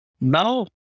Now